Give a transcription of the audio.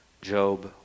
Job